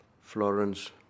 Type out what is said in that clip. Florence